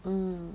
mm